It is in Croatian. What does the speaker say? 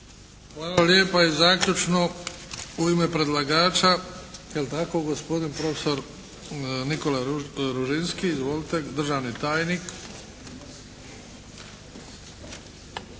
Hvala lijepa. I zaključno u ime predlagača, je li tako, gospodin profesor Nikola Ružinski. Izvolite državni tajnik!